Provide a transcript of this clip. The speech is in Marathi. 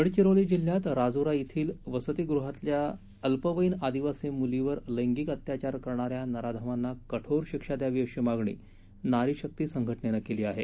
गडचिरोली जिल्ह्यात राजूरा येथील वसतिगृहातल्या अल्पवयीन आदिवासी मुलीवर लैंगिक अत्याचार करणाऱ्या नराधमांना कठोर शिक्षा द्यावी अशी मागणी नारी शक्ती संघटनेनं केली आहे